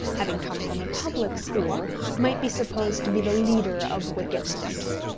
having come from a public school, might be supposed to be the leader of wickedness!